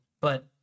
But-